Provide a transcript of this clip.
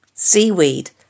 Seaweed